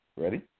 ready